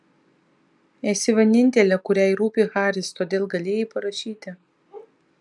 esi vienintelė kuriai rūpi haris todėl galėjai parašyti